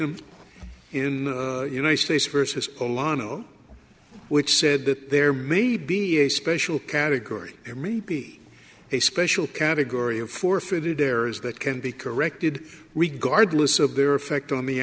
um in the united states versus a latino which said that there may be a special category there may be a special category of forfeited areas that can be corrected regardless of their effect on the